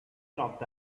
locked